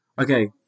Okay